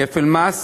כפל מס,